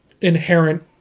inherent